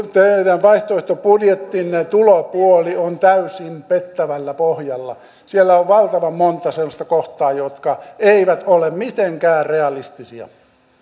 teidän vaihtoehtobudjettinne tulopuoli on täysin pettävällä pohjalla siellä on valtavan monta sellaista kohtaa jotka eivät ole mitenkään realistisia